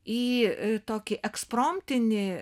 į tokį ekspromtinį